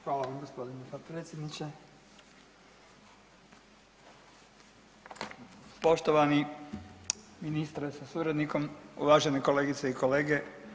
Hvala vam g. potpredsjedniče, poštovani ministre sa suradnikom, uvažene kolegice i kolege.